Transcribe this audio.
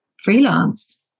freelance